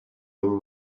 over